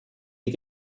die